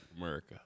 America